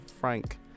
Frank